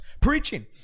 preaching